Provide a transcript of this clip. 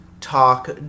talk